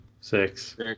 six